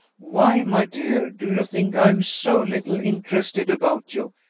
why, my dear, do you think i am so little interested about you,